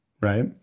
right